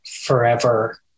forever